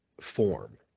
form